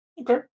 okay